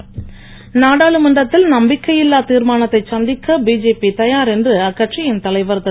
் நாடாளுமன்றத்தில் நம்பிக்கை இல்லாத் திர்மானத்தை சந்திக்க பிஜேபி தயார் என்று அக்கட்சியின் தலைவர் திரு